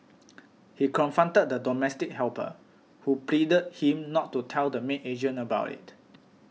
he confronted the domestic helper who pleaded him not to tell the maid agent about it